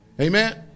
Amen